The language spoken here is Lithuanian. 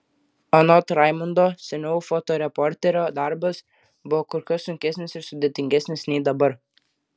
anot raimundo seniau fotoreporterio darbas buvo kur kas sunkesnis ir sudėtingesnis nei dabar